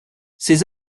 ces